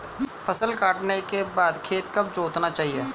फसल काटने के बाद खेत कब जोतना चाहिये?